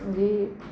വീ